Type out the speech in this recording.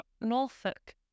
Norfolk